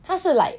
他是 like